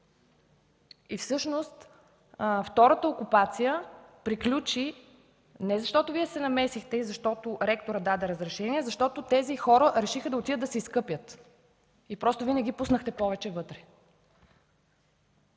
Всъщност втората окупация приключи не защото Вие се намесихте и защото ректорът даде разрешение, а защото тези хора решиха да отидат да се изкъпят и Вие не ги пуснахте повече вътре.